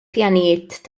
pjanijiet